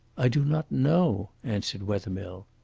i do not know, answered wethermill.